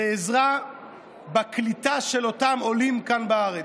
עזרה בקליטה של אותם עולים כאן בארץ.